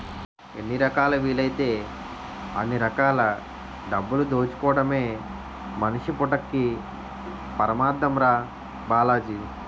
ఎన్ని రకాలా వీలైతే అన్ని రకాల డబ్బులు దాచుకోడమే మనిషి పుట్టక్కి పరమాద్దం రా బాలాజీ